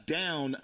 down